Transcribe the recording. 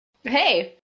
Hey